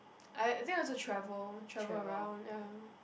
I I think also travel travel around ya